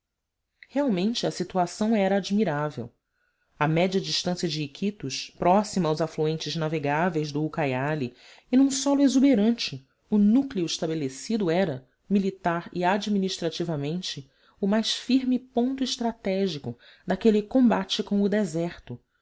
realmente a situação era admirável à média distância de iquitos próxima aos afluentes navegáveis do ucaiali e num solo exuberante o núcleo estabelecido era militar e administrativamente o mais firme ponto estratégico daquele combate com o deserto